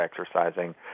exercising